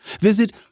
visit